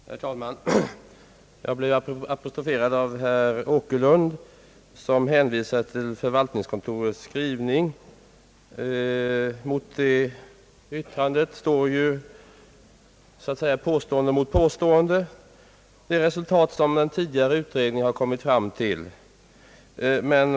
Herr talman! Jag blev apostroferad av herr Åkerlund som hänvisade till förvaltningskontorets skrivning. Här står påstående mot påstående när det gäller det resultat som en tidigare utredning har kommit fram till.